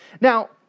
Now